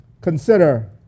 Consider